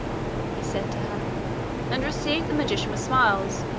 he said to her and receive the magician with smiles,